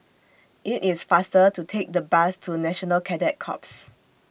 IT IS faster to Take The Bus to National Cadet Corps